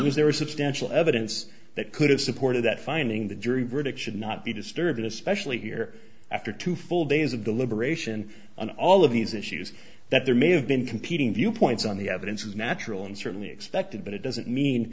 suggested there was substantial evidence that could have supported that finding the jury verdict should not be disturbed especially here after two full days of deliberation on all of these issues that there may have been competing viewpoints on the evidence is natural and certainly expected but it doesn't mean